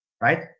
right